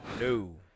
No